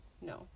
No